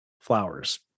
flowers